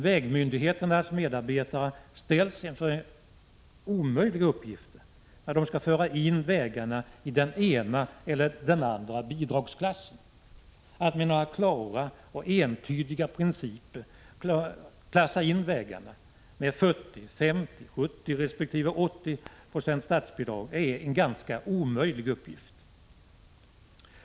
Vägmyndigheternas medarbetare ställs inför omöjliga uppgifter när de skall föra in vägarna i den ena eller den andra bidragsklassen. Att med några klara och entydiga principer klassa in vägarna med 40, 50, 70 resp. 80 2 statsbidrag är en ganska omöjlig uppgift.